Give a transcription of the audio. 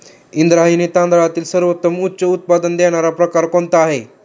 इंद्रायणी तांदळातील सर्वोत्तम उच्च उत्पन्न देणारा प्रकार कोणता आहे?